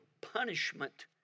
punishment